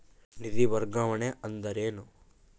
ನಿಧಿ ವರ್ಗಾವಣೆ ಅಂದರೆ ಏನು?